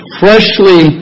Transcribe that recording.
freshly